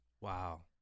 Wow